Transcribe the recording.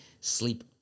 sleep